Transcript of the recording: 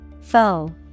Foe